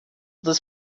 this